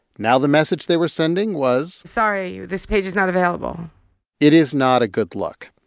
now the message they were sending was. sorry. this page is not available it is not a good look.